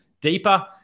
deeper